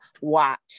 watch